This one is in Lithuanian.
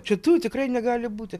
čia tu tikrai negali būti